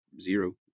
Zero